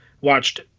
watched